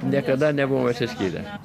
niekada nebuvom išsiskyrę